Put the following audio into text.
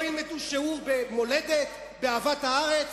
לא ילמדו שיעור במולדת, באהבת הארץ?